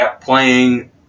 playing